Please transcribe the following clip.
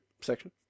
section